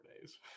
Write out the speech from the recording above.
days